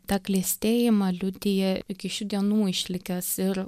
ta klestėjimą liudija iki šių dienų išlikęs ir